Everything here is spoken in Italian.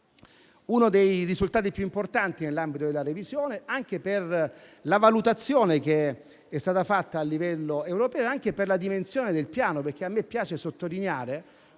uno dei risultati più importanti nell'ambito della revisione, anche per la valutazione che è stata fatta a livello europeo e per la dimensione del Piano, perché a me piace sottolineare,